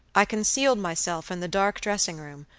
i concealed myself in the dark dressing room,